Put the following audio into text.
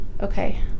Okay